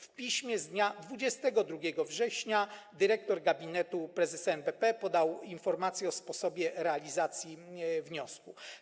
W piśmie z dnia 22 września dyrektor gabinetu prezesa NBP podał informację o sposobie realizacji wniosku.